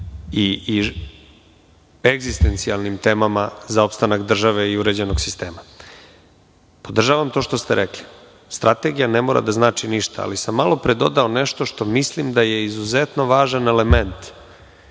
i egzistencijalnim temama za opstanak države i uređenog sistema. Podržavam to što ste rekli. Strategija ne mora da znači ništa, ali sam malopre dodao nešto što mislim da je izuzetno važan element